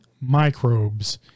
microbes